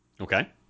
Okay